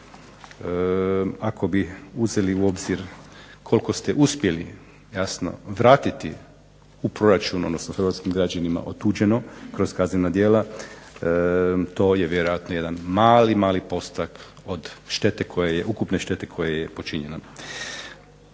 ako bi uzeli u obzir koliko ste uspjeli jasno vratiti u proračun, odnosno hrvatskim građanima otuđeno kroz kaznena djela to je vjerojatno jedan mali, mali postotak od štete koja je, ukupne štete koja je počinjena.